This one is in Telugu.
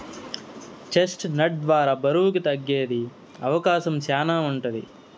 చెస్ట్ నట్ ద్వారా బరువు తగ్గేకి అవకాశం శ్యానా ఉంటది